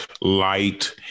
light